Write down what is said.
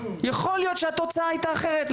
יכול להיות שהתוצאה הייתה אחרת.